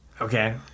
Okay